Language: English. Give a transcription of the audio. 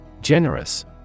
Generous